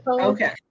Okay